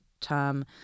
term